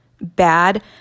bad